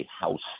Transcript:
house